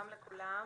שלום לכולם.